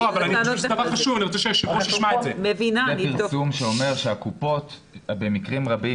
יש פרסום שאומר שהקופות במקרים רבים